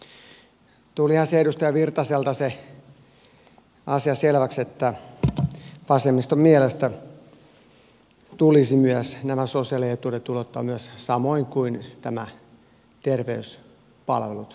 tulihan se edustaja virtaselta se asia selväksi että vasemmiston mielestä tulisi myös nämä sosiaalietuudet ulottaa samoin kuin nämä terveyspalvelut kaikille ihmisille